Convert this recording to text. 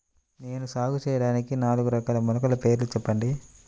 నేను సాగు చేయటానికి నాలుగు రకాల మొలకల పేర్లు చెప్పండి?